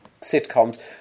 sitcoms